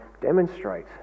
demonstrate